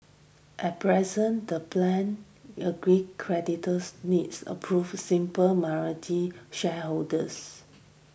at present the plan agreed creditors needs approval simple majority shareholders